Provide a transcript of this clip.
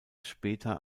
später